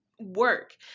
work